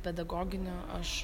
pedagoginio aš